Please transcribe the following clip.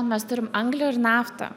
mes turim anglijoj ir naftą